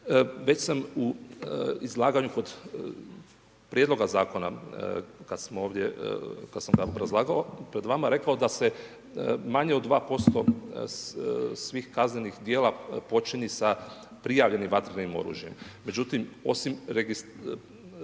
Već sam u izlaganju kod Prijedloga zakona kad smo ovdje, kad sam ga obrazlagao pred vama rekao da se manje od 2% svih kaznenih djela počini sa prijavljenim vatrenim oružjem. Međutim, osim provođenja